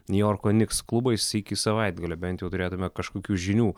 niujorko niks klubais sykį į savaitgalį bent jau turėtumėme kažkokių žinių